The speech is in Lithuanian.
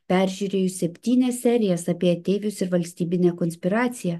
peržiūrėjus septynias serijas apie ateivius ir valstybinę konspiracija